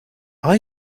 icbm